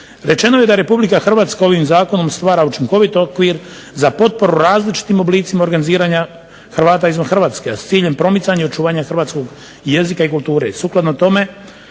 Rečeno je da RH ovim zakonom stvara učinkovit okvir za potporu različitim oblicima organiziranja Hrvata izvan Hrvatske, a s ciljem promicanja očuvanja hrvatskog jezika i kulture.